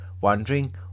wondering